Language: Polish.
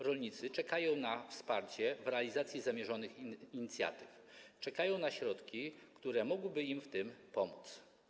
Rolnicy czekają na wsparcie w realizacji zamierzonych inicjatyw, czekają na środki, które mogłyby im w tym pomóc.